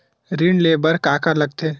ऋण ले बर का का लगथे?